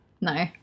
No